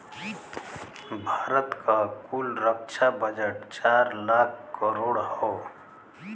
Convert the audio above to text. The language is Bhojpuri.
भारत क कुल रक्षा बजट चार लाख करोड़ हौ